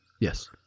Yes